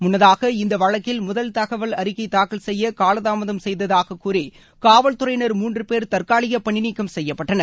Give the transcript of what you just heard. முன்னதாக இந்த வழக்கில் முதல் தகவல் அறிக்கை தாக்கல் செய்ய காலமாதம் செய்ததாக கூறி காவல் துறையினர் மூன்று பேர் தற்காலிக பணிநீக்கம் செய்யப்பட்டனர்